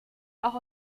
auch